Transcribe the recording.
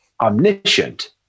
omniscient